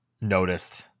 noticed